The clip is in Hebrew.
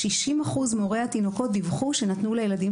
60% מהורי התינוקות דיווחו שנתנו לילדיהם